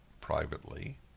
privately